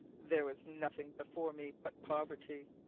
there was nothing before me but poverty.